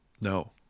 No